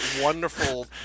wonderful